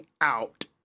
out